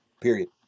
period